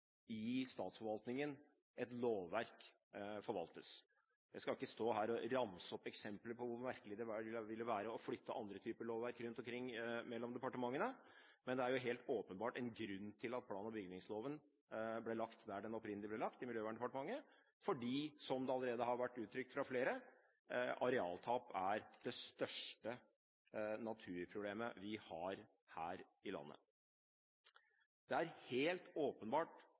i statsforvaltningen et lovverk forvaltes. Jeg skal ikke stå her og ramse opp eksempler på hvor merkelig det ville være å flytte andre typer lovverk rundt omkring mellom departementene, men det er jo helt åpenbart en grunn til at forvaltingen av plan- og bygningsloven ble lagt der den opprinnelig ble lagt: i Miljøverndepartementet. For, som det allerede har vært uttrykt av flere, arealtap er det største naturproblemet vi har her i landet. Det er helt åpenbart